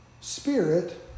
spirit